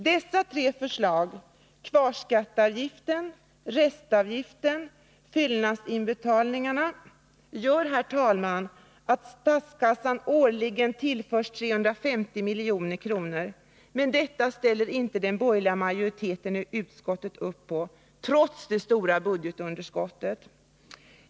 Dessa tre förslag, beträffande kvarskatteavgiften, restavgiften och fyllnadsinbetalningar, gör, herr talman, att statskassan årligen kan tillföras 350 milj.kr., men detta ställer inte den borgerliga majoriteten i utskottet upp bakom, trots det stora budgetunderskottet.